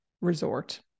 resort